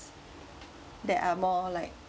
that are more like